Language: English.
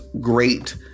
great